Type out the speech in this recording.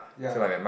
ya